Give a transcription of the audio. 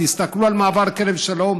תסתכלו על מעבר כרם שלום,